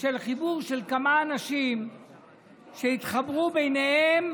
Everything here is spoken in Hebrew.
של חיבור של כמה אנשים שהתחברו ביניהם